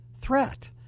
threat